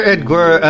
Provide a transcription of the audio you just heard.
Edgar